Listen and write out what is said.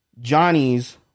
Johnny's